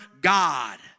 God